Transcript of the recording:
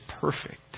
perfect